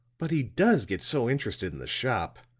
but he does get so interested in the shop.